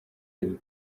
him